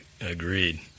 agreed